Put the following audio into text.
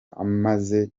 amaze